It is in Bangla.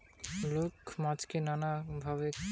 গটা দুনিয়া জুড়ে লোক মাছকে নানা ভাবে খাইছে